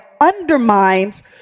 undermines